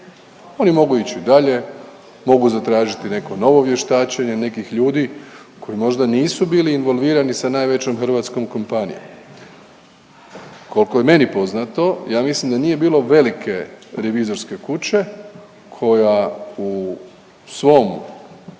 Oni mogu ići dalje, mogu zatražiti neko novo vještačenje nekih ljudi koji možda nisu bili involvirani sa najvećom hrvatskom kompanijom. Kolko je meni poznato ja mislim da nije bilo velike revizorske kuće koja u svom